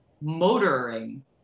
motoring